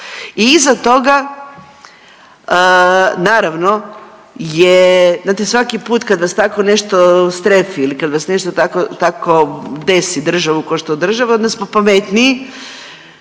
i iza toga naravno je, znate svaki put kad vas tako nešto strefi ili kad vas nešto tako, takvo desi državu ko što država onda smo pametniji